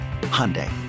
Hyundai